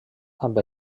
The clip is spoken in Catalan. amb